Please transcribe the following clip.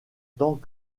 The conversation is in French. tant